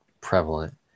prevalent